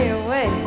away